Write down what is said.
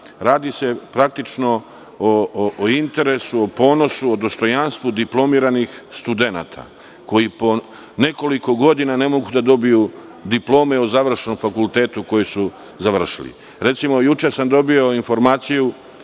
Radi se praktično o interesu o ponosu o dostojanstvu diplomiranih studenata koji po nekoliko godina ne mogu da dobiju diplome o završenom fakultetu koji su završili. Recimo, juče sam dobio informaciju,